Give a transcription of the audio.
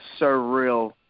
surreal